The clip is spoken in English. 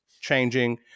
changing